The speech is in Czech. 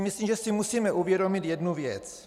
Myslím si, že si musíme uvědomit jednu věc.